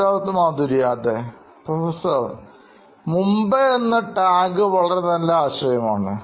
Siddharth Maturi CEO Knoin Electronics അതെ Professor മുമ്പ് എന്ന ടാഗ് വളരെ നല്ല ആശയമാണ്